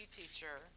teacher